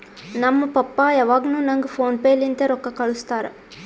ನಮ್ ಪಪ್ಪಾ ಯಾವಾಗ್ನು ನಂಗ್ ಫೋನ್ ಪೇ ಲಿಂತೆ ರೊಕ್ಕಾ ಕಳ್ಸುತ್ತಾರ್